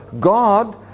God